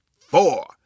four